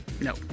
No